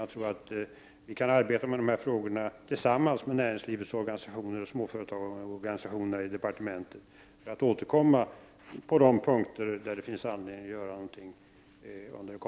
Vi i departementet kan tillsammans med näringslivets och småföretagens organisationer arbeta med dessa frågor och sedan återkomma under det kommande året till de punkter där det finns anledning att göra någonting.